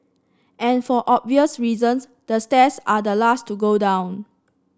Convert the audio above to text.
and for obvious reasons the stairs are the last to go down